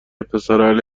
پسراهل